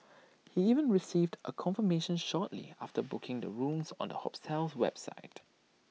he even received A confirmation shortly after booking the rooms on the hotel's website